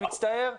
אני מצטער.